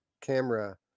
camera